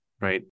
right